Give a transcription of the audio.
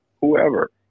whoever